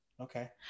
Okay